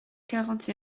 quarante